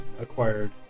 acquired